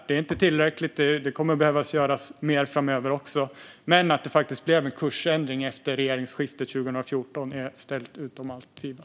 Det är inte tillräckligt; det kommer att behöva göras mer framöver. Men att det blev en kursändring efter regeringsskiftet 2014 är ställt utom allt tvivel.